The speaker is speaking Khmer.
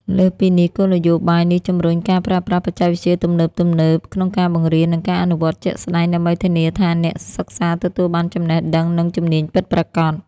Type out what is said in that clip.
លើសពីនេះ គោលនយោបាយនេះជំរុញការប្រើប្រាស់បច្ចេកវិទ្យាទំនើបៗក្នុងការបង្រៀន និងការអនុវត្តជាក់ស្តែង ដើម្បីធានាថាអ្នកសិក្សាទទួលបានចំណេះដឹង និងជំនាញពិតប្រាកដ។